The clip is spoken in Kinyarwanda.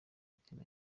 mitima